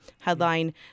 headline